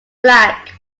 black